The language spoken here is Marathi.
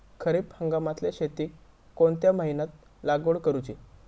खरीप हंगामातल्या शेतीक कोणत्या महिन्यात लागवड करूची?